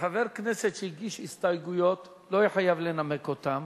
שחבר כנסת שהגיש הסתייגויות לא יהיה חייב לנמק אותן,